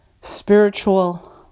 spiritual